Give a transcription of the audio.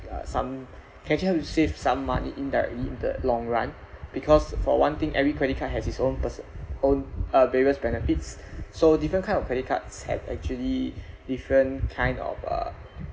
uh some can help you to save some money indirectly in the long run because for one thing every credit card has its own person own uh various benefits so different kind of credit cards have actually different kind of uh